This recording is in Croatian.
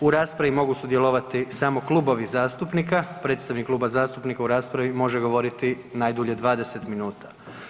U raspravi mogu sudjelovati samo klubovi zastupnika, predstavnik kluba zastupnika u raspravi može govoriti najdulje 20 minuta.